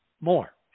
more